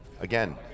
Again